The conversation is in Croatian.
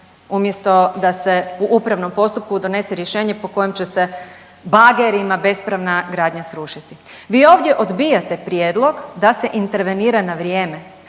umjesto da se u upravnom postupku donese rješenje po kojem će se bagerima bespravna gradnja srušiti? Vi ovdje odbijate prijedlog da se intervenira na vrijeme,